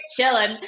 chilling